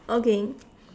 okay